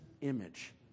image